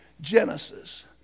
Genesis